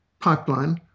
pipeline